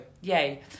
yay